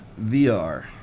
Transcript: VR